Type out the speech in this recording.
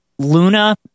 Luna